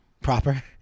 Proper